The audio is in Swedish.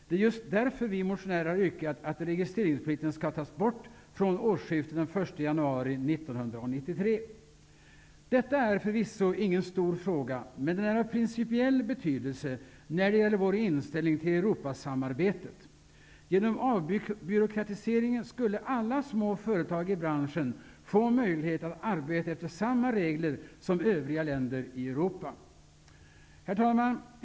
Det är just därför vi motionärer har yrkat att registreringsplikten skall tas bort från den 1 januari Detta är förvisso ingen stor fråga, men den är av principiell betydelse för vår inställning till Europasamarbetet. Genom avbyråkratiseringen skulle alla små företag i branschen få möjlighet att arbeta efter samma regler som övriga länder i Herr talman!